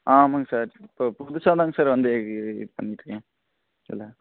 ஆமாங்க சார் இப்போ புதுசாக தாங்க சார் வந்து பண்ணிட்டுருக்கேன் இதில்